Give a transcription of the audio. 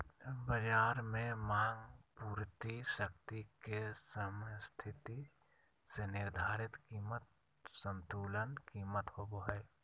बज़ार में मांग पूर्ति शक्ति के समस्थिति से निर्धारित कीमत संतुलन कीमत होबो हइ